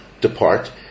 depart